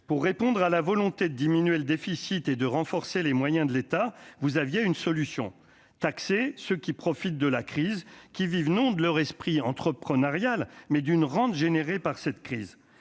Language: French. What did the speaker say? pour répondre à la volonté de diminuer le déficit et de renforcer les moyens de l'État, vous aviez une solution taxer ceux qui profitent de la crise qui vivent non de leur esprit entreprenarial, mais d'une rente générée par cette crise